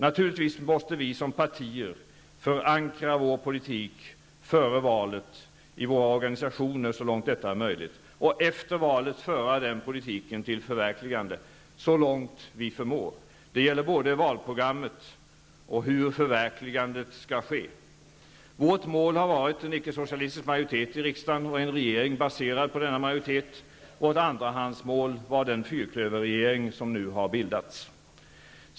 Naturligtvis måste vi som partier förankra vår politik före valet i våra organisationer så långt detta är möjligt, och efter valet föra den politiken till förverkligande så långt vi förmår. Det gäller både valprogrammet och hur förverkligandet skall ske. Vårt mål har varit en icke-socialistisk majoritet i riksdagen och en regering baserad på denna majoritet. Vårt andrahandsmål var den fyrklöverregering som nu har bildats.